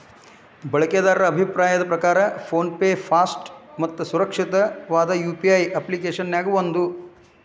ಬಳಕೆದಾರರ ಅಭಿಪ್ರಾಯದ್ ಪ್ರಕಾರ ಫೋನ್ ಪೆ ಫಾಸ್ಟ್ ಮತ್ತ ಸುರಕ್ಷಿತವಾದ ಯು.ಪಿ.ಐ ಅಪ್ಪ್ಲಿಕೆಶನ್ಯಾಗ ಒಂದ